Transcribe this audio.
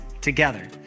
together